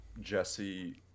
jesse